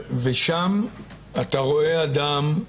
ושם אתה רואה אדם.